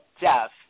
Jeff